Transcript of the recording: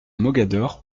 mogador